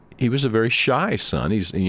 he was a very shy son. he's, and